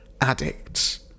addicts